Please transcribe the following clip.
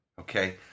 Okay